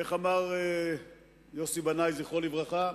איך אמר יוסי בנאי, זכרו לברכה: